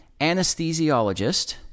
anesthesiologist